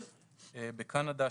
בקנדה,